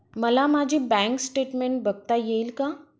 मला माझे bank statement बघता येईल का?